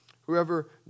whoever